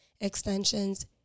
extensions